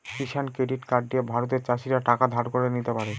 কিষান credit card দিয়ে ভারতের চাষীরা টাকা ধার নিতে পারে